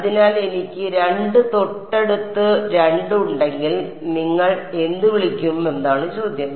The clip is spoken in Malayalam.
അതിനാൽ എനിക്ക് 2 തൊട്ടടുത്ത് 2 ഉണ്ടെങ്കിൽ നിങ്ങൾ എന്ത് വിളിക്കും എന്നതാണ് ചോദ്യം